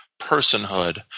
personhood